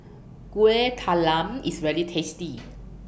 Kueh Talam IS very tasty